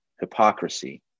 Hypocrisy